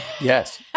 Yes